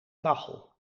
kachel